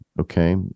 Okay